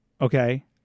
Okay